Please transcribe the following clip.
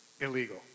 Illegal